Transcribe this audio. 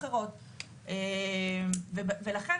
באמת,